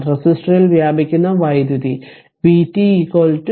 റെസിസ്റ്ററിൽ വ്യാപിക്കുന്ന വൈദ്യുതി vt vt iR ആണ്